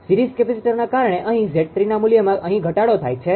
series કેપેસીટરના કારણે અહી 𝑍3 ના મુલ્યમાં અહી ઘટાડો થાય છે